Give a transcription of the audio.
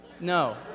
No